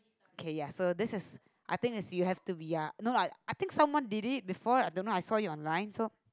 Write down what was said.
okay ya so this is I think is you have to be ya no lah I think someone did it before don't know I saw it online so